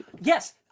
yes